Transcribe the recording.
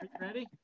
ready